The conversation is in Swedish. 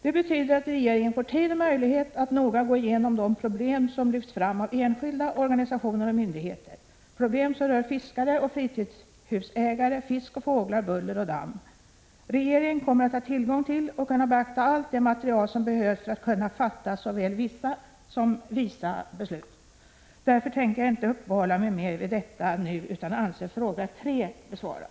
Detta betyder att regeringen får tid och möjlighet att noga gå igenom de problem som lyfts fram av enskilda, organisationer och myndigheter, problem som rör fiskare och fritidshusägare, fisk och fåglar, buller och damm. Regeringen kommer att ha tillgång till och kunna beakta allt det material som behövs för att kunna fatta såväl vissa som visa beslut. Därför tänker jag inte uppehålla mig mer vid detta nu utan anser fråga 3 vara besvarad.